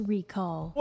Recall